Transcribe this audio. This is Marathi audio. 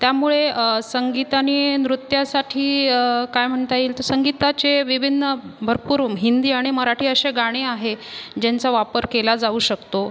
त्यामुळे संगीत आणि नृत्यासाठी काय म्हणता येईल तर संगीताचे विभिन्न भरपूर हिंदी आणि मराठी असे गाणे आहे ज्यांचा वापर केला जाऊ शकतो